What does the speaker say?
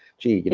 gee,